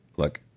look,